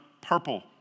purple